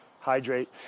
hydrate